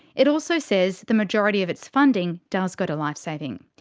it also says the majority of its funding does go to lifesaving.